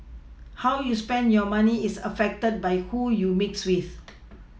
how you spend your money is affected by who you mix with